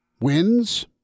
wins